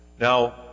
Now